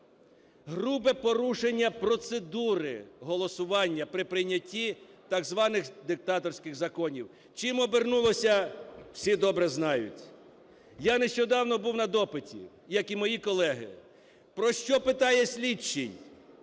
Грубе порушення процедури голосування при прийнятті так званих диктаторських законів. Чим обернулося – всі добре знають. Я нещодавно був на допиті, як і мої колеги. Про що питає слідчий?